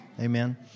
Amen